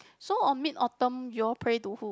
so on Mid Autumn you all pray to who